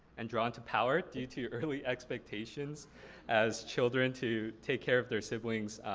and drawn to power, due to early expectations as children to take care of their siblings,